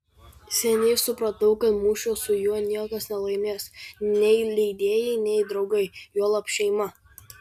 seniai supratau kad mūšio su juo niekas nelaimės nei leidėjai nei draugai juolab šeima